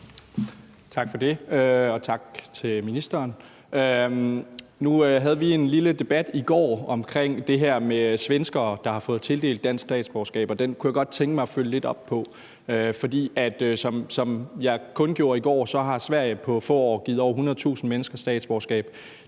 Tak for det, og tak til ministeren. Nu havde vi en lille debat i går om det her med svenskere, der har fået tildelt dansk statsborgerskab, og den kunne jeg godt tænke mig at følge lidt op på. For som jeg kundgjorde i går, har Sverige på få år givet over 100.000 mennesker statsborgerskab.